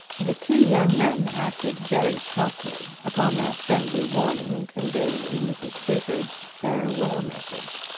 the two young men acted very promptly upon that friendly warning conveyed in mrs. sleaford's farewell message.